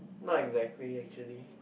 not exactly actually